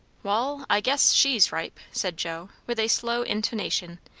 wall, i guess she's ripe, said joe with a slow intonation,